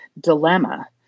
dilemma